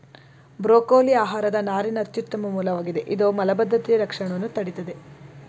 broccoli ಆಹಾರದ ನಾರಿನ ಅತ್ಯುತ್ತಮ ಮೂಲವಾಗಿದೆ ಇದು ಮಲಬದ್ಧತೆಯ ಲಕ್ಷಣವನ್ನ ತಡಿತದೆ